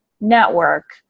network